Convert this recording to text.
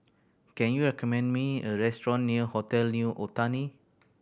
can you recommend me a restaurant near Hotel New Otani